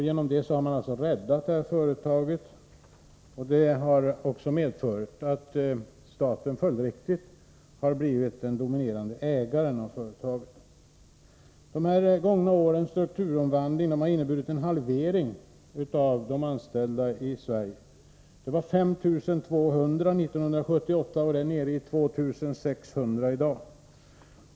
Genom dessa insatser har företaget räddats, och till följd av detta har staten också blivit den dominerande ägaren av företaget. Det gångna årens strukturomvandling har inneburit en halvering av antalet anställda i Sverige. Det var ca 5 200 år 1978 och det är nere i ca 2 600 i dag.